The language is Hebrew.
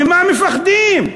ממה מפחדים?